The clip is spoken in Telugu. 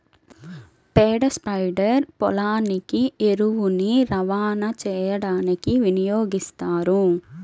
పేడ స్ప్రెడర్ పొలానికి ఎరువుని రవాణా చేయడానికి వినియోగిస్తారు